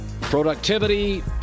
productivity